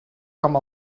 com